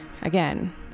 again